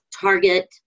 target